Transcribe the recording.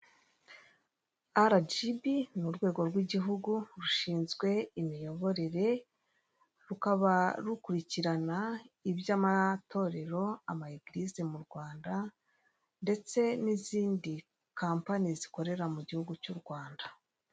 Aragibi ni urwego rw'igihugu rushinzwe imiyoborere rukaba rukurikirana iby'amatorero ama egirise mu Rwanda ndetse n'izindi kampani zikorera mu gihugu cy'u rwanda.